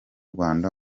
rwanda